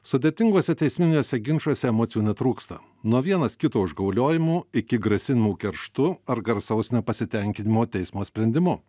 sudėtinguose teisminiuose ginčuose emocijų netrūksta nuo vienas kito užgauliojimų iki grasinimų kerštu ar garsaus nepasitenkinimo teismo sprendimu